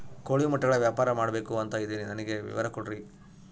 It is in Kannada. ಕೋಳಿ ಮೊಟ್ಟೆಗಳ ವ್ಯಾಪಾರ ಮಾಡ್ಬೇಕು ಅಂತ ಇದಿನಿ ನನಗೆ ವಿವರ ಕೊಡ್ರಿ?